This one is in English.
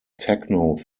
techno